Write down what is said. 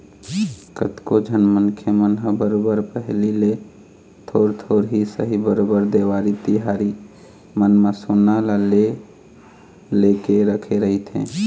कतको झन मनखे मन ह बरोबर पहिली ले थोर थोर ही सही बरोबर देवारी तिहार मन म सोना ल ले लेके रखे रहिथे